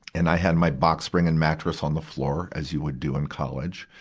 and i had my box spring and mattress on the floor, as you would do in college.